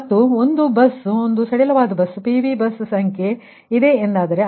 ಮತ್ತು ಒಂದು ಬಸ್ ಒಂದು ಸಡಿಲವಾದ ಬಸ್ ಮತ್ತು PV ಬಸ್ ಸಂಖ್ಯೆ ಇದೆ ಎಂದಾದರೆ ಆಗ J1ಅದು n 1